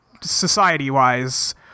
society-wise